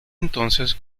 entonces